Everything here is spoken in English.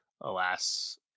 Alas